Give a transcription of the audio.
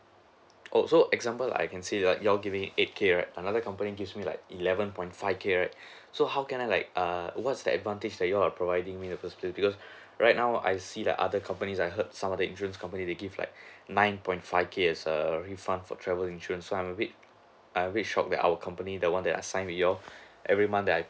oh so example I can say like you all giving eight K right another company gives me like eleven point five K right so how can I like err what's the advantage that you all are providing me firstly because right now I see like other companies I heard some of the insurance company they give like nine point five K as a refund for travel insurance so I'm a bit I'm a bit shock that our company the [one] that I signed with you all every month that I